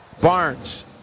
Barnes